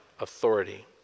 authority